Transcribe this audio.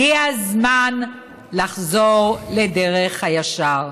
הגיע הזמן לחזור לדרך הישר.